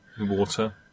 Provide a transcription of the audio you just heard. Water